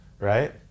Right